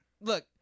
look